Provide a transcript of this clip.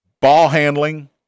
ball-handling